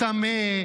צמא,